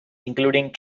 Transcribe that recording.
including